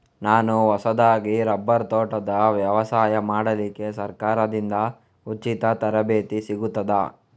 ನಾನು ಹೊಸದಾಗಿ ರಬ್ಬರ್ ತೋಟದ ವ್ಯವಸಾಯ ಮಾಡಲಿಕ್ಕೆ ಸರಕಾರದಿಂದ ಉಚಿತ ತರಬೇತಿ ಸಿಗುತ್ತದಾ?